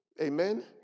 Amen